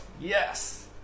yes